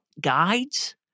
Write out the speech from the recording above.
guides